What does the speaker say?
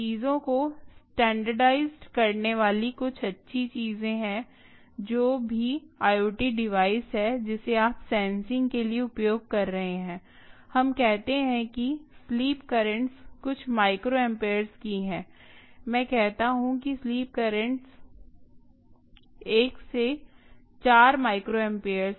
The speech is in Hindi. चीजों को स्टैंडर्डाइज़्ड करने वाली कुछ अच्छी चीजें हैं जो भी IoT डिवाइस है जिसे आप सेंसिंग के लिए उपयोग कर रहे हैं हम कहते हैं कि स्लीप कर्रेंटस कुछ माइक्रोएम्पर्स की हैं मैं कहती हूं कि स्लीप कर्रेंटस 1 से 4 माइक्रोएम्पर्स हैं